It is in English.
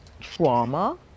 trauma